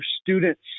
students